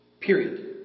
Period